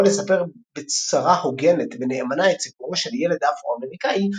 יכול לספר בצרה הוגנת ונאמנה את סיפורו של ילד אפרו-אמריקאי,